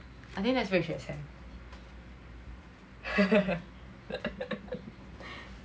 I didn't expect she'll accept